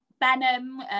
Benham